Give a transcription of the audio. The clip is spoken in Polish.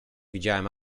widziałem